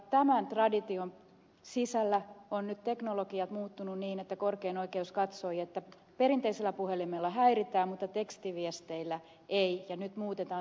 tämän tradition sisällä ovat nyt teknologiat muuttuneet niin että korkein oikeus katsoi että perinteisellä puhelimella häiritään mutta tekstiviesteillä ei ja nyt muutetaan se kohta